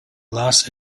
last